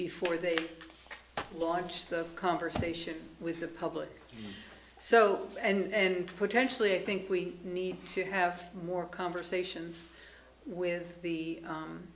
before they launch the conversation with the public so and potentially i think we need to have more conversations with the